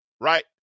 right